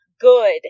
good